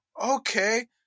okay